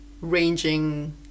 ranging